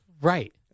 Right